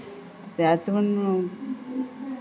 त्यात म्हणजे